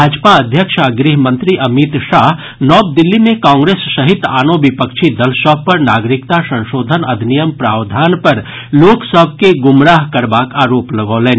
भाजपा अध्यक्ष आ गृह मंत्री अमित शाह नव दिल्ली मे कांग्रेस सहित आनो विपक्षी दल सभ पर नागरिकता संशोधन अधिनियम प्रावधान पर लोकसभ के गुमराह करबाक आरोप लगौलनि